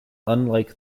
unlike